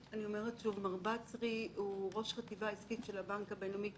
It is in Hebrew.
מר בצרי הוא ראש החטיבה העסקית של הבנק הבינלאומי.